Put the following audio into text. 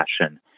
passion